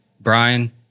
Brian